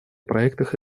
проектах